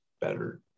better